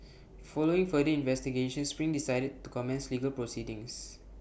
following further investigations spring decided to commence legal proceedings